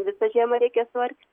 visą žiemą reikės vargt